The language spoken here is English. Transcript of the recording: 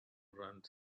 runs